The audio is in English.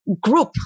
group